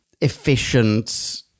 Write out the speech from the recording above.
efficient